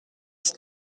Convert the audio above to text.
dix